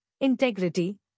integrity